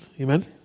Amen